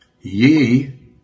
ye